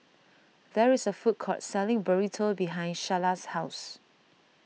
there is a food court selling Burrito behind Sharla's house